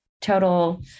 total